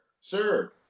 sir